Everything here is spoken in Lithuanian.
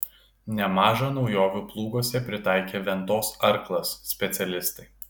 nemaža naujovių plūguose pritaikė ventos arklas specialistai